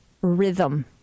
Rhythm